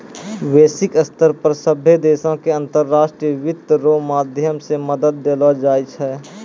वैश्विक स्तर पर सभ्भे देशो के अन्तर्राष्ट्रीय वित्त रो माध्यम से मदद देलो जाय छै